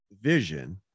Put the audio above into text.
vision